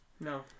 No